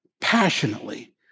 passionately